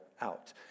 out